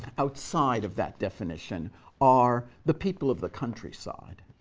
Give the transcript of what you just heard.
outside of that definition are the people of the countryside,